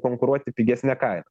konkuruoti pigesne kaina